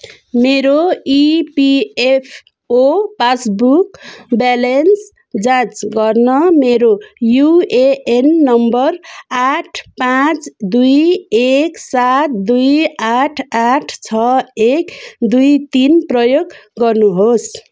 मेरो EPFO passbook balance जाँच गर्न मेरो युएएन नम्बर आठ पाँच दुई एक सात दुई आठ आठ छ एक दुई तिन प्रयोग गर्नुहोस्